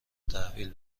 تحویل